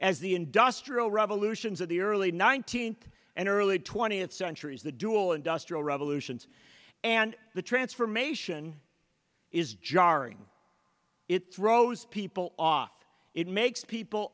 as the industrial revolutions of the early nineteenth and early twentieth centuries the dual industrial revolutions and the transformation is jarring it throws people off it makes people